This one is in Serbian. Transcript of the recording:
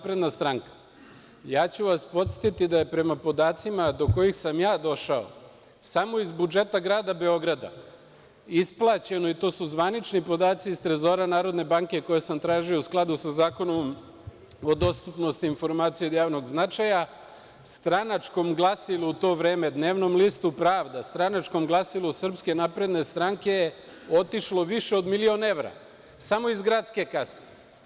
Podsetiću vas da je prema podacima do kojih sam ja došao samo iz budžeta grada Beograda isplaćeno, i to su zvanični podaci iz Trezora Narodne banke, koje sam tražio u skladu sa Zakonom o dostupnosti informacija od javnog značaja, stranačkom glasilu u to vreme, dnevnom listu „Pravda“, stranačkom glasilu SNS je otišlo više od milion evra, samo iz gradske kase.